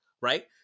right